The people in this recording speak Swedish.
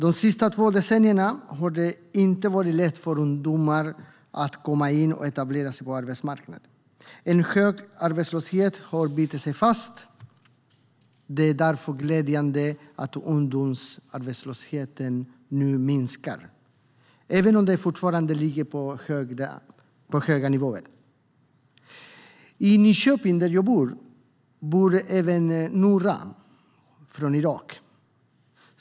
De senaste två decennierna har det inte varit lätt för ungdomar att komma in och etablera sig på arbetsmarknaden. En hög arbetslöshet har bitit sig fast. Det är därför glädjande att ungdomsarbetslösheten nu minskar, även om den fortfarande ligger på höga nivåer. I Nyköping, där jag bor, bor även Noora från Irak.